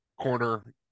corner